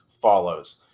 Follows